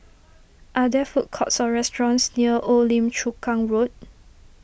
are there food courts or restaurants near Old Lim Chu Kang Road